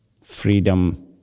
freedom